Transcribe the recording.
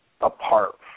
apart